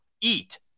eat